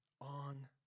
on